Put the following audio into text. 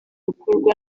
ukorwa